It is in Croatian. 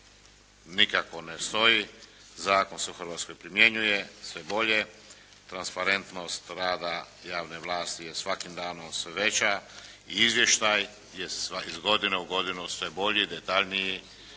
nikako ne stoji. Zakon se u Hrvatskoj primjenjuje sve bolje, transparentnost rada javne vlasti je svakim danom sve veća i izvještaj je iz godine u godinu sve bolji, detaljniji.